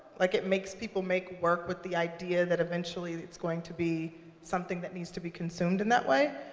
like it makes people make work with the idea that eventually it's going to be something that needs to be consumed in that way.